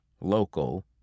local